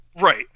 Right